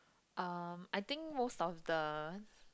um I think most of the